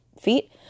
feet